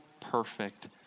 perfect